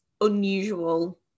unusual